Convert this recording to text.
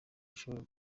ishobora